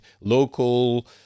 local